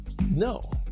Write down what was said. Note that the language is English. No